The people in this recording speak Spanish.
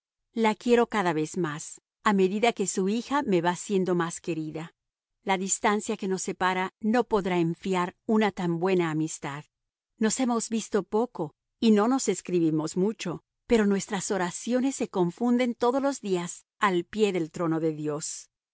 la quiero cada vez más a medida que su hija me va siendo más querida la distancia que nos separa no podrá enfriar una tan buena amistad nos hemos visto poco y no nos escribimos mucho pero nuestras oraciones se confunden todos los días al pie del trono de dios